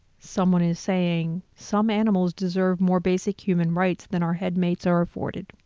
someone is saying some animals deserve more basic human rights than our head mates are afforded.